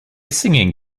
singing